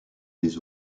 les